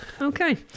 Okay